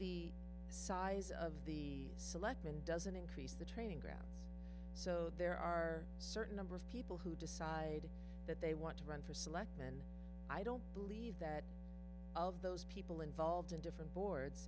the size of the selectmen doesn't increase the training grounds so there are certain number of people who decide that they want to run for selectman i don't believe that of those people involved in different boards